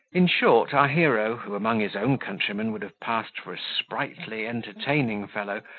in short, our hero, who among his own countrymen would have passed for a sprightly, entertaining fellow,